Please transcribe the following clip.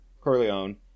Corleone